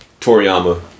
Toriyama